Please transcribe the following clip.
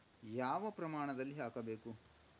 ಯಾವ ಪ್ರಮಾಣದಲ್ಲಿ ಹಾಕಬೇಕು?